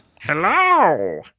Hello